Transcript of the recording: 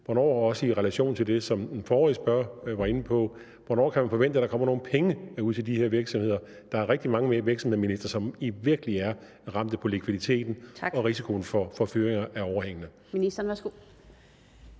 Og i relation til det, som den forrige spørger var inde på, vil jeg spørge, hvornår man kan forvente, at der kommer nogle penge ud til de her virksomheder. Der er rigtig mange virksomheder, som virkelig er ramt i forhold til likviditeten, og hvor risikoen for fyringer er overhængende.